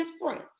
different